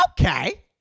Okay